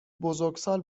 بزرگسال